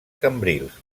cambrils